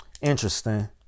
interesting